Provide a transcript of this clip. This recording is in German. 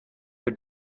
für